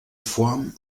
form